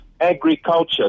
agriculture